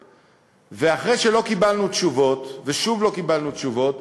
ואחרי שלא קיבלנו תשובות, ושוב לא קיבלנו תשובות,